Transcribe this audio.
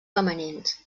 femenins